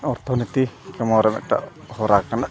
ᱚᱨᱛᱷᱚᱱᱤᱛᱤ ᱠᱟᱢᱟᱣ ᱨᱮ ᱢᱤᱫᱴᱟᱝ ᱦᱚᱨᱟ ᱠᱟᱱᱟ